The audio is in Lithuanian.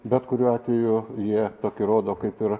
bet kuriuo atveju jie tokį rodo kaip ir